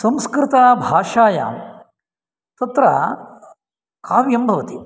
संस्कृतभाषायां तत्र काव्यं भवति